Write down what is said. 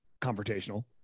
confrontational